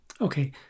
Okay